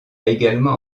également